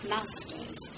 masters